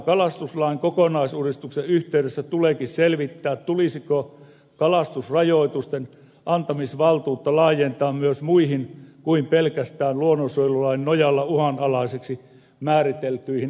kalastuslain kokonaisuudistuksen yhteydessä tuleekin selvittää tulisiko kalastusrajoitusten antamisvaltuutta laajentaa myös muihin kuin pelkästään luonnonsuojelulain nojalla uhanalaisiksi määriteltyihin eläinlajeihin